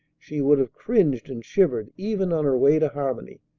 she would have cringed and shivered even on her way to harmony.